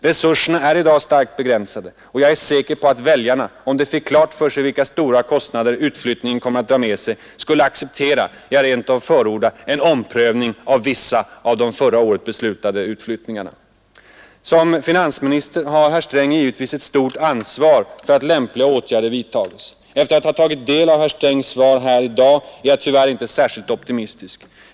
Resurserna är i dag starkt begränsade, och jag är säker på att väljarna, om de fick klart för sig vilka stora kostnader utflyttningen kommer att dra med sig, skulle acceptera, ja rent av förorda, en omprövning av vissa av de förra året beslutade utflyttningarna. Som finansminister har herr Sträng givetvis ett stort ansvar för att lämpliga åtgärder vidtages. Efter att ha tagit del av herr Strängs svar här i dag är jag tyvärr inte särskilt optimistisk.